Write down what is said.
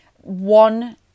one